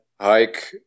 hike